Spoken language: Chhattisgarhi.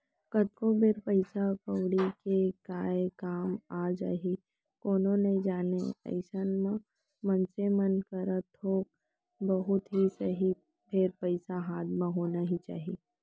कतको बेर पइसा कउड़ी के काय काम आ जाही कोनो नइ जानय अइसन म मनसे मन करा थोक बहुत ही सही फेर पइसा हाथ म होना ही चाही